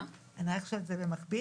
במקביל?